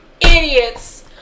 idiots